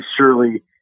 surely